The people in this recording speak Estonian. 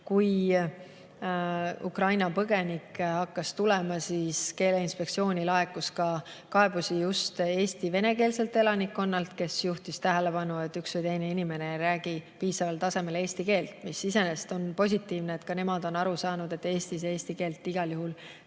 kui Ukraina põgenikke hakkas tulema, siis Keele[ametisse] laekus ka kaebusi just Eesti venekeelselt elanikkonnalt, kes juhtis tähelepanu, et üks või teine inimene ei räägi piisaval tasemel eesti keelt. See iseenesest on positiivne, et ka nemad on aru saanud, et Eestis eesti keelt igal juhul